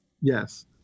Yes